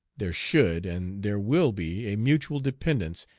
there should, and there will be a mutual dependence,